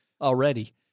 already